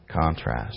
contrast